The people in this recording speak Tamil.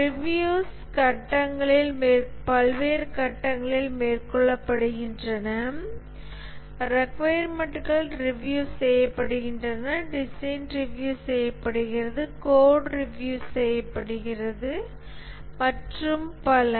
ரிவ்யூஸ் பல்வேறு கட்டங்களில் மேற்கொள்ளப்படுகின்றன ரிக்கொயர்மென்ட்கள் ரிவ்யூ செய்யப்படுகின்றன டிசைன் ரிவ்யூ செய்யப்படுகிறது கோட் ரிவ்யூ செய்யப்படுகிறது மற்றும் பல